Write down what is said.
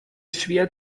schwer